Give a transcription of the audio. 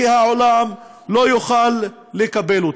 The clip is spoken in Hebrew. כי העולם לא יוכל לקבל אותה.